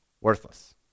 Worthless